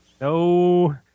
No